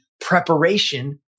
preparation